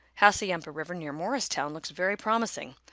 hassayampa river near morristown looks very promising!